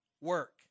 Work